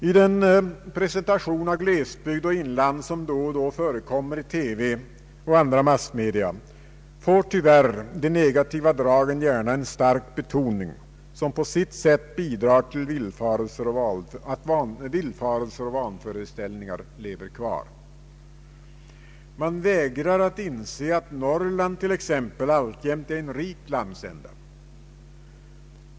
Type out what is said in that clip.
I den presentation av glesbygd och inland som då och då förekommer i TV och andra massmedia får tyvärr de negativa dragen gärna en stark betoning som på sitt sätt bidrar till att villfarelser och vanföreställningar lever kvar. Man vägrar att inse att Norrland t.ex. alltjämt är en rik landsända.